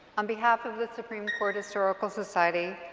on behalf of the supreme court historical society,